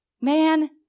Man